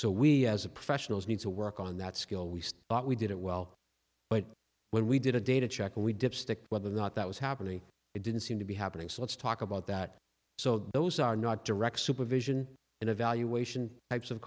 so we as a professionals need to work on that skill we start we did it well but when we did a data check and we dipstick whether or not that was happening it didn't seem to be happening so let's talk about that so those are not direct supervision and evaluation